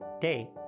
Day